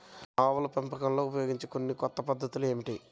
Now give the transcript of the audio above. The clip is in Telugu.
ఆవుల పెంపకంలో ఉపయోగించే కొన్ని కొత్త పద్ధతులు ఏమిటీ?